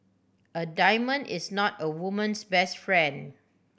a diamond is not a woman's best friend